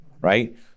Right